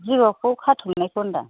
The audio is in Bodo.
जिगाबखौ खाथुमनायखौ होनदों आं